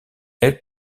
elle